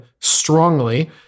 strongly